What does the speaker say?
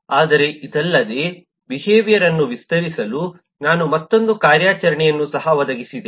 ಆದರೆ ಇದಲ್ಲದೆ ಬಿಹೇವಿಯರ್ಯನ್ನು ವಿಸ್ತರಿಸಲು ನಾನು ಮತ್ತೊಂದು ಕಾರ್ಯಾಚರಣೆಯನ್ನು ಸಹ ಒದಗಿಸಿದೆ